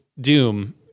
Doom